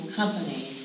company